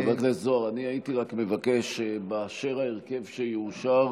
חבר הכנסת זוהר, הייתי רק מבקש, כאשר ההרכב יאושר,